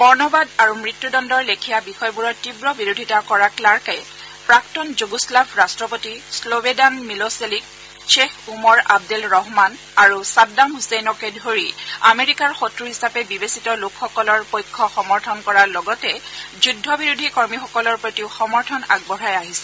বৰ্ণবাদ আৰু মৃত্যুদণ্ডৰ লেখিয়া বিষয়বোৰৰ তীৱ বিৰোধিতা কৰা ক্লাৰ্কে প্ৰাক্তন যুগোশ্লাভ ৰাট্টপতি শ্লোবেডান মিলোছেলিক গ্বেখ ওমৰ আব্দেল ৰহমান আৰু ছাদ্দাম ছছেইনকে ধৰি আমেৰিকাৰ শক্ৰ হিচাপে বিবেচিত লোকসকলৰ পক্ষ সমৰ্থন কৰাৰ লগতে যুদ্ধ বিৰোধী কৰ্মীসকলৰ প্ৰতিও সমৰ্থন আগবঢ়াই আহিছিল